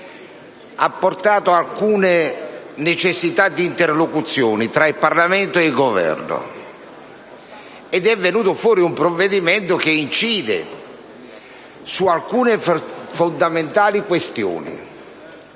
alla luce alcune necessità di interlocuzione tra il Parlamento e il Governo, ed è venuta fuori una normativa che incide su alcune fondamentali questioni.